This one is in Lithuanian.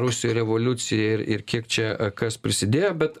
rusijoj revoliucija ir ir kiek čia kas prisidėjo bet